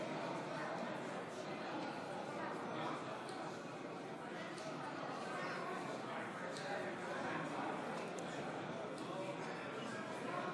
אנחנו עדיין בהסתייגויות שלפני סעיף 1. הסתייגות מס' 2. מי שמצביע בעד,